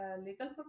legal